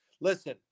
listen